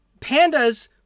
pandas